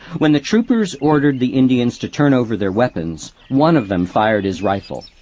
when the troopers ordered the indians to turn over their weapons, one of them fired his rifle.